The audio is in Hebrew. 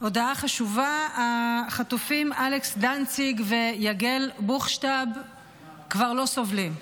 הודעה חשובה: החטופים אלכס דנציג יגב בוכשטב כבר לא סובלים.